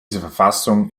verfassung